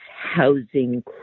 housing